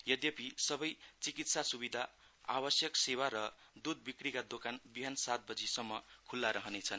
यद्यपी सबै चिकित्सा स्विधा आवश्यक सेवा र द्धका दोकानहरू बिहान सात बजिसम्म ख्ल्ला रहनेछन्